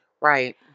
right